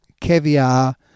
caviar